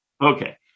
Okay